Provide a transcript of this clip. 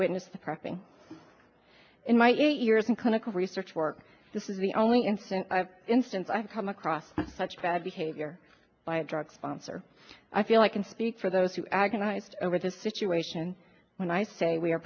witnessed the pressing in my eight years in clinical research work this is the only incident instance i've come across such bad behavior by a drug sponsor i feel i can speak for those who agonized over this situation when i say we are